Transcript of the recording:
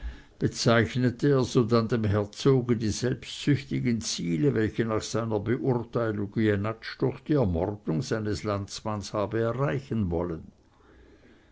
bezeichnete er sodann dem herzoge die selbstsüchtigen ziele welche nach seiner beurteilung jenatsch durch die ermordung seines landsmannes habe erreichen wollen